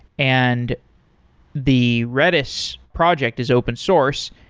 and the redis project is open source,